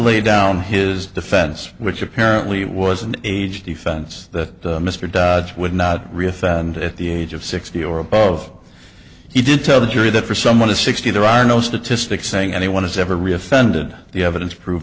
lay down his defense which apparently was an age defense that mr dodge would not refer and at the age of sixty or above he did tell the jury that for someone to sixty there are no statistics saying anyone is ever really offended the evidence pro